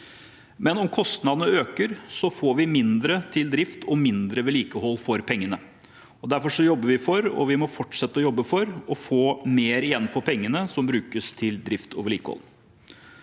Om kostnadene øker, får vi mindre drift og mindre vedlikehold for pengene. Derfor jobber vi for, og vi må fortsette å jobbe for, å få mer igjen for pengene som brukes på drift og vedlikehold.